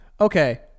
Okay